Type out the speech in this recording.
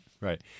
Right